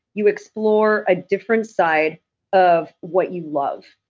you explore a different side of what you love.